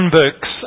books